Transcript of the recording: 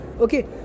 okay